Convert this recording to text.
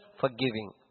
forgiving